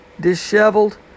disheveled